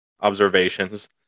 observations